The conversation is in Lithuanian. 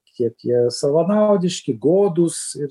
kiek jie savanaudiški godūs ir